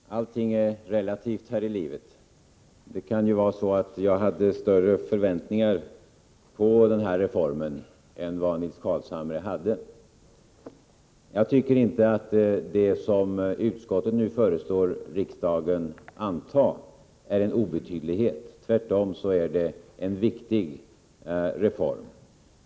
Herr talman! Allting är relativt här i livet. Det kan ju vara så, att jag hade större förväntningar på den här reformen än vad Nils Carlshamre hade. Jag tycker inte att det som utskottet nu föreslår riksdagen att anta är en obetydlighet. Tvärtom är det en viktig reform.